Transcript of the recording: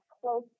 close